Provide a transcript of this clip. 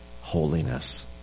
holiness